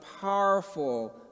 powerful